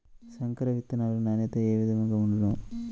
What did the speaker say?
సంకర విత్తనాల నాణ్యత ఏ విధముగా ఉండును?